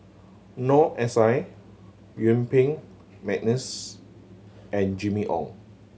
Noor S I Yuen Peng McNeice and Jimmy Ong